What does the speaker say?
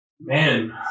man